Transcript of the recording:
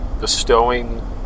bestowing